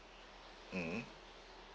mm